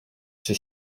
czy